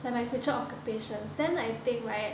like my future occupations then I think right